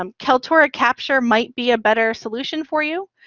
um kaltura capture might be a better solution for you,